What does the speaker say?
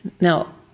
now